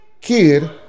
kid